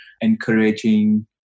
encouraging